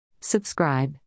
Subscribe